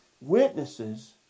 witnesses